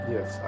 Yes